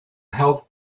health